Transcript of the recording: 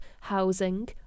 housing